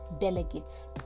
delegates